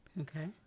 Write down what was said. Okay